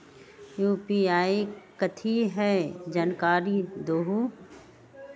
UPI कथी है? जानकारी दहु